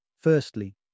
Firstly